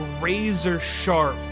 razor-sharp